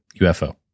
UFO